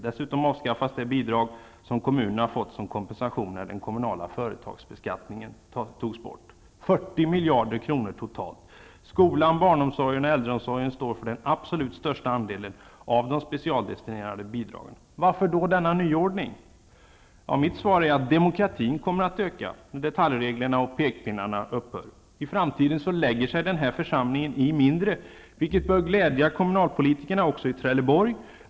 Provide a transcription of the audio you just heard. Dessutom avskaffas det bidrag som kommunerna fick som kompensation när den kommunala företagsbeskattningen togs bort. Det handlar om 40 miljarder kronor totalt. Skolan, barnomsorgen och äldreomsorgen står för den absolut största andelen av de specialdestinerade bidragen. Varför då denna nyordning? Mitt svar är att demokratin kommer att öka, när detaljreglerna och pekpinnarna upphör. I framtiden lägger sig den här församlingen i mindre, vilket bör glädja kommunalpolitikerna, också i Trelleborg.